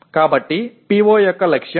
కాబట్టి PO యొక్క లక్ష్యం 0